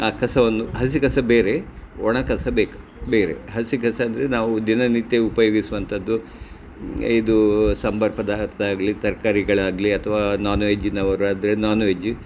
ಆ ಕಸವನ್ನು ಹಸಿ ಕಸ ಬೇರೆ ಒಣ ಕಸ ಬೇಕು ಬೇರೆ ಹಸಿ ಕಸ ಅಂದರೆ ನಾವು ದಿನನಿತ್ಯ ಉಪಯೋಗಿಸುವಂಥದ್ದು ಇದು ಸಾಂಬಾರು ಪದಾರ್ಥ ಆಗಲಿ ತರಕಾರಿಗಳಾಗಲಿ ಅಥವಾ ನಾನ್ ವೆಜ್ಜಿನವರಾದರೆ ನಾನ್ ವೆಜ್ಜ